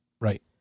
Right